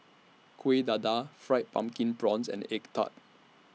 Kueh Dadar Fried Pumpkin Prawns and Egg Tart